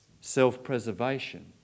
self-preservation